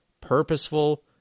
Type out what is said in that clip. purposeful